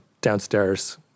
downstairs